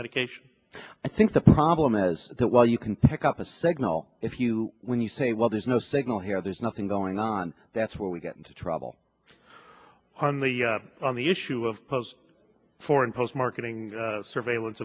medication i think the problem is that while you can pick up a signal if you when you say well there's no signal here there's nothing going on that's where we got into trouble on the on the issue of post foreign post marketing surveillance